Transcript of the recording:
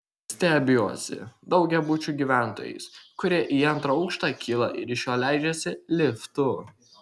stebiuosi daugiabučių gyventojais kurie į antrą aukštą kyla ir iš jo leidžiasi liftu